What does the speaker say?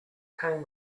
came